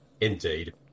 Indeed